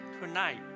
tonight